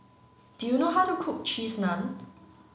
do you know how to cook cheese naan